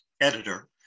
editor